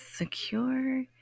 Secure